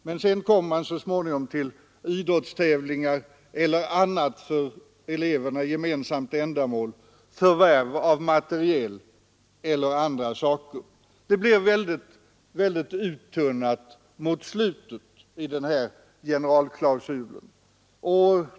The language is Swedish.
Men så småningom kommer man till idrottstävlingar eller annat för eleverna gemensamt ändamål, förvärv av materiel eller andra saker. Det blir väldigt uttunnat mot slutet i den här generalklausulen.